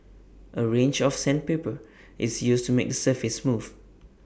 A range of sandpaper is used to make the surface smooth